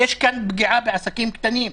יש כאן פגיעה בעסקים קטנים.